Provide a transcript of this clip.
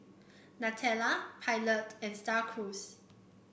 Nutella Pilot and Star Cruise